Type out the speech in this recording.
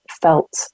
felt